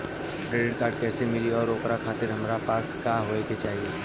Credit card कैसे मिली और ओकरा खातिर हमरा पास का होए के चाहि?